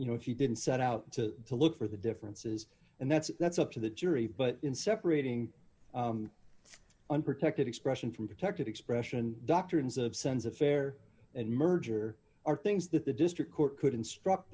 you know if you didn't set out to look for the differences and that's that's up to the jury but in separating unprotected expression from protected expression doctrines of sense of fair and merger are things that the district court could instruct